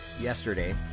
yesterday